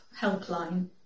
helpline